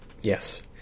Yes